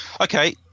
Okay